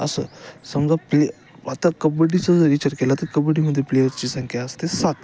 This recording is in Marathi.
असं समजा प्ले आता कबड्डीचा जर विचार केला तर कबड्डीमध्ये प्लेयर्सची संख्या असते सात